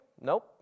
Nope